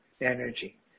energy